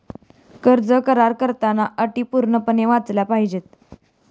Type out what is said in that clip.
कर्ज करार करताना अटी पूर्णपणे वाचल्या पाहिजे